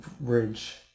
bridge